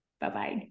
Bye-bye